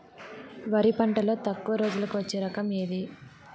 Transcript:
వరి పంటలో తక్కువ రోజులకి వచ్చే రకం ఏది?